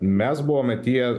mes buvome tie